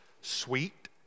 sweet